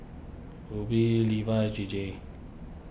Uber Levi's J J